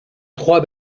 trois